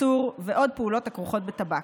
ייצור ועוד פעולות הכרוכות בטבק.